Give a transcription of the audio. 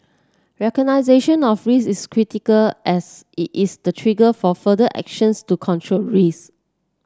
recognition of risks is critical as it is the trigger for further actions to control risks